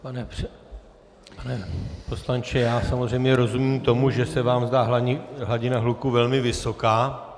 Pane poslanče, já samozřejmě rozumím tomu, že se vám zdá hladina hluku velmi vysoká.